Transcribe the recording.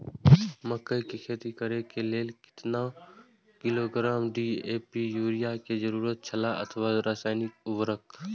मकैय के खेती करे के लेल केतना किलोग्राम डी.ए.पी या युरिया के जरूरत छला अथवा रसायनिक उर्वरक?